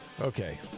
Okay